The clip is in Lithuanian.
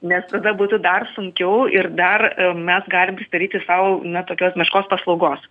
nes tada būtų dar sunkiau ir dar mes galim prisidaryti sau na tokios meškos paslaugos